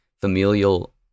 familial